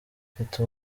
mfite